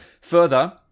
Further